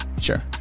sure